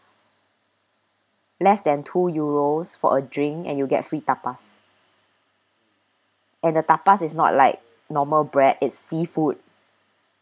less than two euros for a drink and you'll get free tapas and the tapas is not like normal bread it's seafood